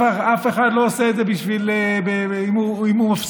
אף אחד לא יעשה את זה אם הוא יפסיד,